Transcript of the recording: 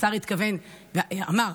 השר אמר: